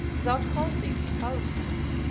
without halting in palestine,